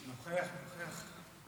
נוכח, נוכח.